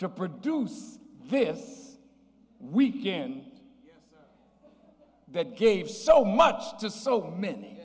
to produce this weekend that gave so much to so many